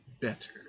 better